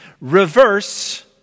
Reverse